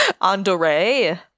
Andre